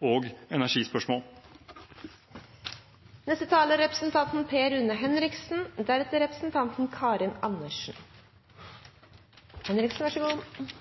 og energispørsmål. Representanten Per Rune Henriksen har hatt ordet to ganger tidligere og får ordet til en kort merknad, begrenset til 1 minutt.